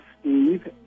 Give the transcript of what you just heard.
Steve